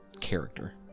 character